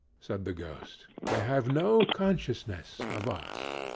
said the ghost. they have no consciousness of us.